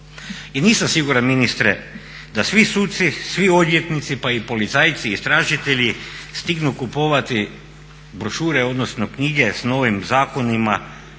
I nisam siguran ministre da svi suci, svi odvjetnici pa i policajci, istražitelji, stignu kupovati brošure odnosno knjige s novim zakonima